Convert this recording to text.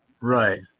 Right